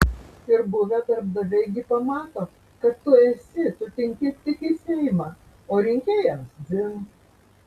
ir buvę darbdaviai gi pamato kad tu esi tu tinki tik į seimą o rinkėjams dzin